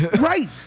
Right